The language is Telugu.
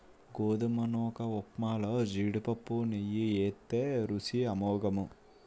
గోధుమ నూకఉప్మాలో జీడిపప్పు నెయ్యి ఏత్తే రుసి అమోఘము